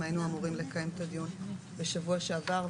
היינו אמורים לקיים את הדיון בשבוע שעבר,